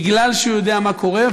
מפני שהוא יודע מה קורה,